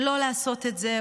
לא לעשות את זה,